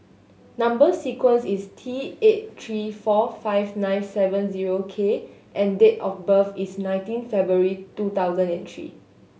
number sequence is T eight three four five nine seven zero K and date of birth is nineteen February two thousand and three